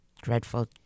dreadful